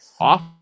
off